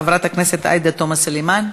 חברת הכנסת עאידה תומא סלימאן.